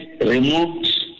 removed